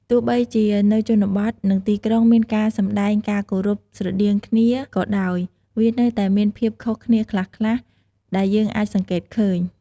ទោះបីជានៅជនបទ និងទីក្រុងមានការសម្តែងការគោរពស្រដៀងគ្នាក៏ដោយ វានៅតែមានភាពខុសគ្នាខ្លះៗ ដែលយើងអាចសង្កេតឃើញ។